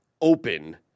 open